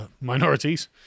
minorities